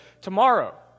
tomorrow